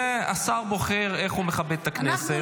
השר בוחר איך הוא מכבד את הכנסת.